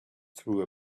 through